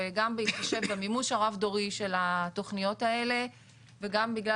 גם בהתחשב במימוש הרב-דורי של התכניות האלה וגם בגלל